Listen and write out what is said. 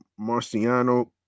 Marciano